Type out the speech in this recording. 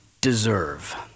deserve